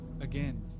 Again